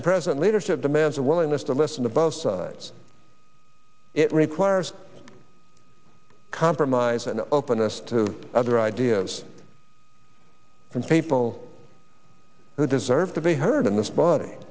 madam president leadership demands a willingness to listen to both sides it requires compromise and openness to other ideas and people who deserve to be heard in this body